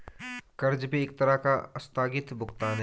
कर्ज भी एक तरह का आस्थगित भुगतान है